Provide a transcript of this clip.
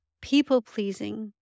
people-pleasing